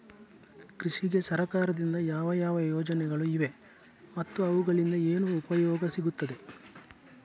ಕೃಷಿಗೆ ಸರಕಾರದಿಂದ ಯಾವ ಯಾವ ಯೋಜನೆಗಳು ಇವೆ ಮತ್ತು ಅವುಗಳಿಂದ ಏನು ಉಪಯೋಗ ಸಿಗುತ್ತದೆ?